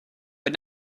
but